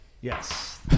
Yes